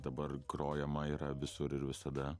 dabar grojama yra visur ir visada